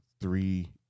three